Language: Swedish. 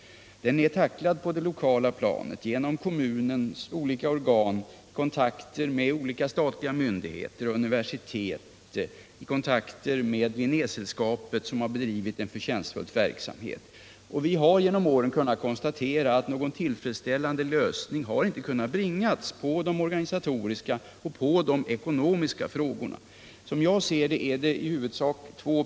Den är tacklad på det lokala planet genom kommunens olika organ som haft kontakt med olika statliga myndigheter, med universitetet och med Linnésällskapet som har bedrivit en förtjänstfull verksamhet. Vi har under åren kunnat konstatera att någon tillfredsställande lösning på de organisatoriska och ekonomiska frågorna inte har kunnat åstadkommas. Som jag ser det är problemen i huvudsak två.